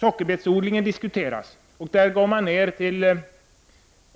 Sockerbetsodlingen diskuteras. I fråga om den sker det en minskning